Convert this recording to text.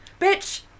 Bitch